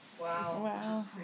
Wow